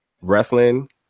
wrestling